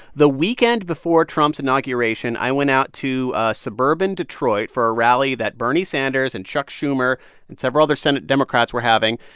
the weekend before trump's inauguration, i went out to suburban detroit for a rally that bernie sanders and chuck schumer and several other senate democrats were having.